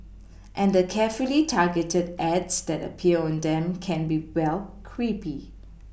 and the carefully targeted ads that appear on them can be well creepy